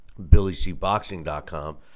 billycboxing.com